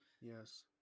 Yes